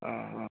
अ